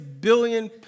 billion